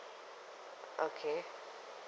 okay